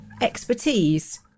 expertise